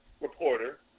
reporter